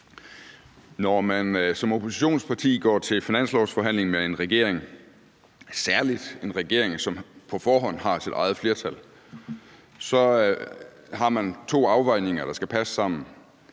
Når man som oppositionsparti går til finanslovsforhandling med en regering, særlig en regering, som på forhånd har sit eget flertal, så har man to ting, der skal afvejes